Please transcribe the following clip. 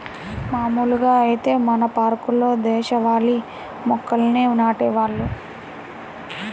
మాములుగా ఐతే మన పార్కుల్లో దేశవాళీ మొక్కల్నే నాటేవాళ్ళు